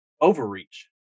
overreach